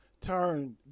turn